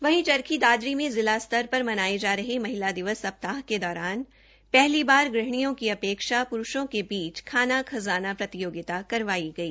वहीं चरखी दादरी में जिला स्तर पर मनाए जा रहे महिला दिवस सप्ताह के दौरान पहली बार गृहणियों की अपेक्षा पुरूषों के बीच खाना खजाना प्रतियोगिता करवाई गई